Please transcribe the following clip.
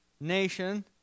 nation